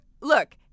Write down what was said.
Look